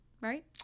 Right